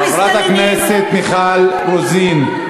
חברת הכנסת מיכל רוזין,